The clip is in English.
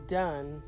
done